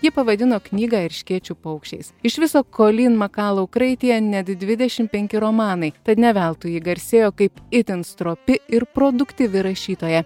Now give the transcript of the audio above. ji pavadino knygą erškėčių paukščiais iš viso kolyn makalau kraityje net dvidešim penki romanai tad ne veltui ji garsėjo kaip itin stropi ir produktyvi rašytoja